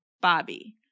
Bobby